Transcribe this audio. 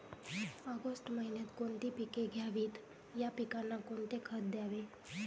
August महिन्यात कोणती पिके घ्यावीत? या पिकांना कोणते खत द्यावे?